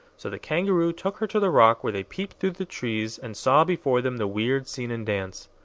so the kangaroo took her to the rock, where they peeped through the trees and saw before them the weird scene and dance.